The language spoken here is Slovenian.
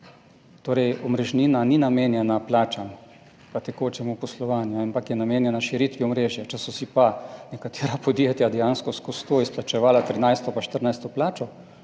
Omrežnina ni namenjena plačam pa tekočemu poslovanju, ampak je namenjena širitvi omrežja. Če so si nekatera podjetja dejansko skozi to izplačevala 13. pa 14. plačo,